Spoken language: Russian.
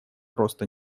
просто